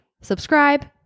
subscribe